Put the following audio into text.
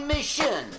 Mission